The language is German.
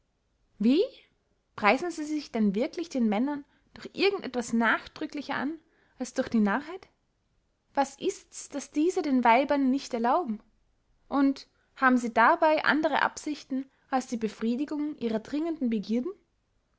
wie preisen sie sich denn wirklich den männern durch irgend etwas nachdrücklicher an als durch die narrheit was ists daß diese den weibern nicht erlauben und haben sie dabey andere absichten als die befriedigung ihrer dringenden begierden